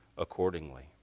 accordingly